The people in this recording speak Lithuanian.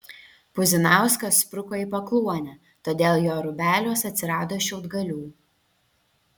puzinauskas spruko į pakluonę todėl jo rūbeliuos atsirado šiaudgalių